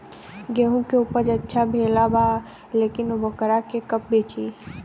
गेहूं के उपज अच्छा भेल बा लेकिन वोकरा के कब बेची?